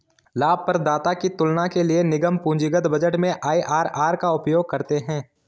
लाभप्रदाता की तुलना के लिए निगम पूंजीगत बजट में आई.आर.आर का उपयोग करते हैं